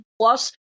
plus